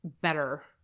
better